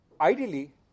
ideally